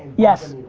yes.